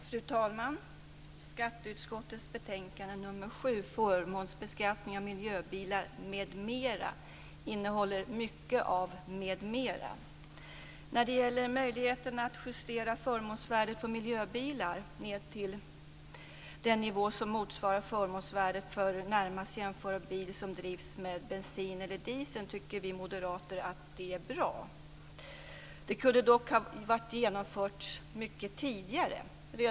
Fru talman! Skatteutskottets betänkande nr 7 Vi moderater tycker att förslaget att justera förmånsvärdet för miljöbilar ned till den nivå som motsvarar förmånsvärdet för närmast jämförbara bil som drivs med bensin eller diesel är bra. Det kunde dock ha genomförts mycket tidigare.